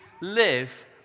live